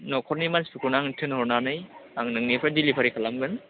न'खरनि मानसिफोरखौनो आं थोनहरनानै आं नोंनिफ्राय डिलिभारि खालामगोन